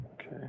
Okay